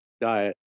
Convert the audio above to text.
diet